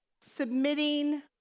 submitting